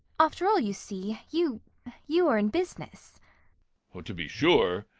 after all, you see, you you are in business to be sure.